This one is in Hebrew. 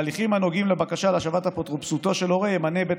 בהליכים הנוגעים לבקשה להשבת אפוטרופסותו של הורה ימנה בית